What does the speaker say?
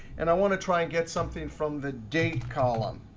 and i want to try and get something from the date column.